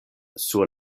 sur